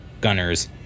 gunners